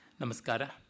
Namaskara